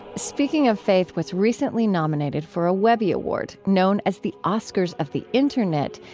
speaking of faith was recently nominated for a webby award, known as the oscars of the internet,